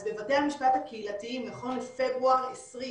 אז בבתי המשפט הקהילתיים נכון לפברואר 2020,